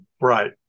Right